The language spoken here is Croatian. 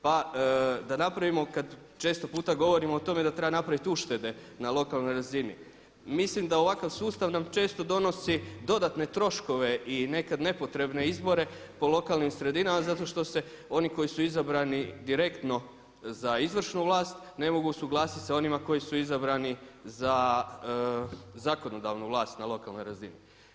Pa da napravimo kad često puta govorimo o tome da treba napraviti uštede na lokalnoj razini, mislim da ovakav sustav nam često donosi dodatne troškove i nekad nepotrebne izbore po lokalnim sredinama zato što se oni koji su izabrani direktno za izvršnu vlast ne mogu usuglasiti sa onima koji su izabrani za zakonodavnu vlast na lokalnoj razini.